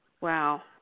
Wow